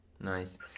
Nice